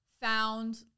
found